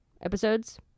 episodes